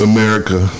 America